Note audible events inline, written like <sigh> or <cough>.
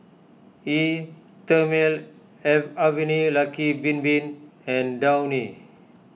Eau thermale <unintelligible> Avene Lucky Bin Bin and Downy